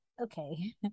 Okay